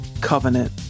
covenant